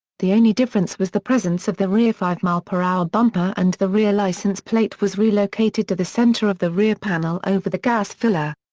the only difference was the presence of the rear five-mile-per-hour bumper and the rear license plate was relocated to the center of the rear panel over the gas filler.